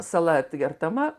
sala atkertama